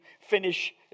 finish